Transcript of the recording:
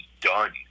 done